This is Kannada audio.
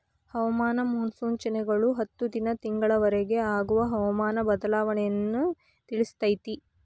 ಹವಾಮಾನ ಮುನ್ಸೂಚನೆಗಳು ಹತ್ತು ದಿನಾ ತಿಂಗಳ ವರಿಗೆ ಆಗುವ ಹವಾಮಾನ ಬದಲಾವಣೆಯನ್ನಾ ತಿಳ್ಸಿತೈತಿ